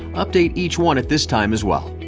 update each one at this time as well.